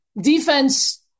Defense